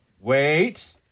Wait